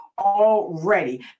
already